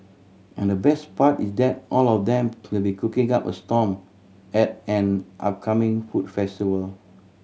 and the best part is that all of them will be cooking up a storm at an upcoming food festival